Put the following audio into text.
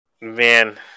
man